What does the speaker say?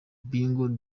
big